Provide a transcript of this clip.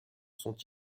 sont